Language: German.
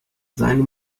seine